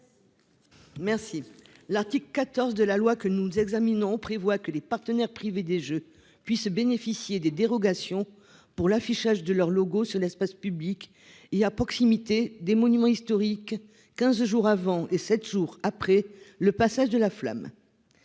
Merci. L'article 14 de la loi que nous examinons prévoit que les partenaires privés des Jeux puissent bénéficier des dérogations pour l'affichage de leur logo sur l'espace public. Il y a proximité des monuments historiques. 15 jours avant et 7 jours après le passage de la flamme.